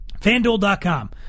FanDuel.com